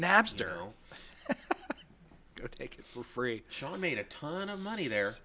napster go take it for free shawn made a ton of money there